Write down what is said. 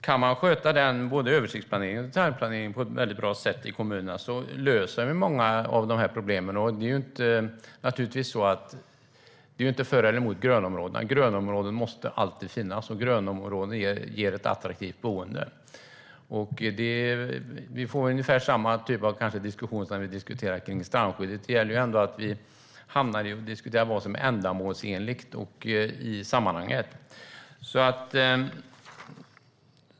Kan man sköta både översiktsplaneringen och detaljplaneringen på ett bra sätt i kommunerna löser man ju många av dessa problem. Det är naturligtvis inte så att man är för eller emot grönområden - grönområden måste alltid finnas, och grönområden ger ett attraktivt boende. Vi får kanske ungefär samma typ av diskussion som när vi diskuterar strandskyddet; det gäller ändå att vi hamnar i att diskutera vad som är ändamålsenligt i sammanhanget.